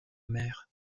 mère